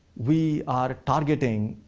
we are targeting